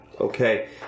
Okay